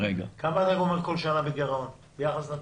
אתה גומר כל שנה ביחס לתקציב?